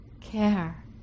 care